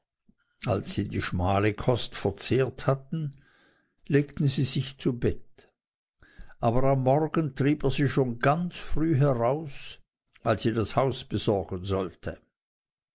als sie die schmale kost verzehrt hatten legten sie sich zu bett aber am morgen trieb er sie schon ganz früh heraus weil sie das haus besorgen sollte